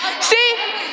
See